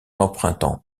empruntant